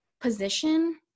position